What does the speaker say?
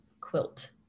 quilt